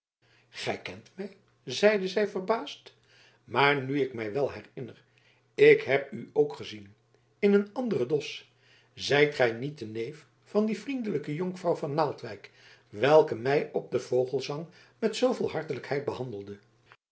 mij zeide zij verbaasd maar nu ik mij wel herinner ik heb u ook gezien in een anderen dos zijt gij niet de neef van die vriendelijke jonkvrouw van naaldwijk welke mij op den vogelesang met zooveel hartelijkheid behandelde